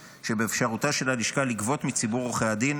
שבאפשרותה של הלשכה לגבות מציבור עורכי הדין,